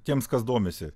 tiems kas domisi